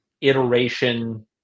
iteration